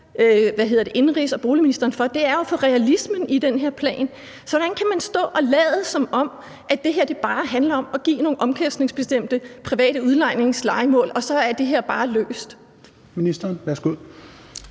indenrigs- og boligministeren for, nemlig den manglende realisme i den her plan. Så hvordan kan man stå og lade, som om det her bare handler om at anvise til nogle omkostningsbestemte private lejemål, og så er det bare løst? Kl. 16:28 Tredje